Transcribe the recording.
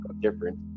different